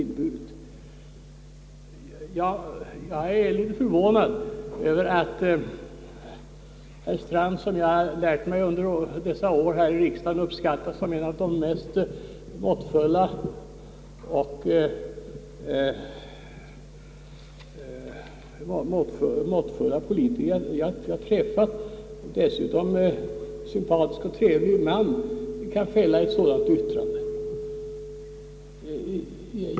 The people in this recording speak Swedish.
Jag är litet förvånad över att herr Strand, som jag under dessa år lärt mig att uppskatta som en av de mest måttfulla politiker jag träffat och som dessutom är en sympatisk och trevlig man, kan fälla ett sådant yttrande.